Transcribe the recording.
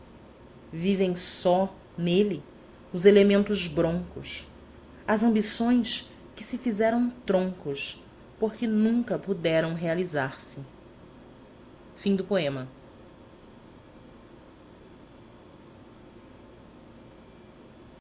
vivem só nele os elementos broncos as ambições que se fizeram troncos porque nunca puderam realizar-se a